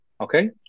okay